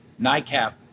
NICAP